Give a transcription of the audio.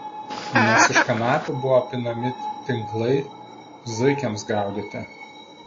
nes iš kanapių buvo pinami tinklai zuikiams gaudyti